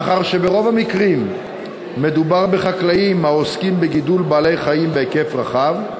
מאחר שברוב המקרים מדובר בחקלאים העוסקים בגידול בעלי-חיים בהיקף רחב,